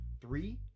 Three